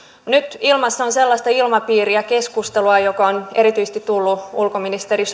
nyt ilmassa on sellaista ilmapiiriä ja keskustelua joka on erityisesti tullut ulkoministeri